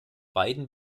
beiden